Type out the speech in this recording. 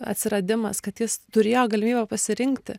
atsiradimas kad jis turėjo galimybę pasirinkti